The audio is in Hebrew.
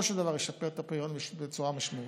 של דבר ישפר את הפריון בצורה משמעותית,